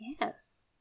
Yes